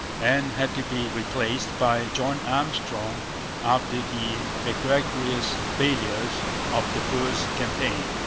and had to be replaced by john armstrong after the egregious failures of the first campaign.